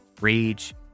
rage